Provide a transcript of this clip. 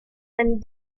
and